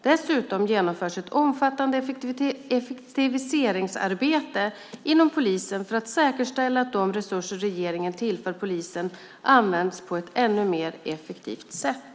Dessutom genomförs ett omfattande effektiviseringsarbete inom polisen för att säkerställa att de resurser som regeringen tillför polisen används på ett ännu mer effektivt sätt.